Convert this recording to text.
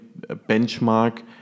benchmark